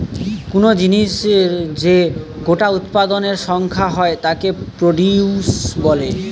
কুনো জিনিসের যে গোটা উৎপাদনের সংখ্যা হয় তাকে প্রডিউস বলে